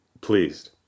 pleased